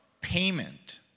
payment